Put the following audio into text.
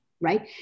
right